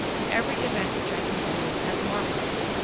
and every event which i considered as marvellous.